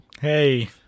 Hey